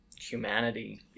humanity